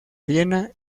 viena